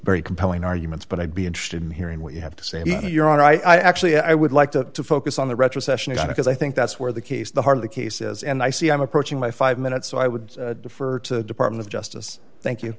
very compelling arguments but i'd be interested in hearing what you have to say your honor i actually i would like to focus on the retrocession got because i think that's where the case the heart of the case is and i see i'm approaching my five minutes so i would defer to department of justice thank you